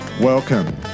Welcome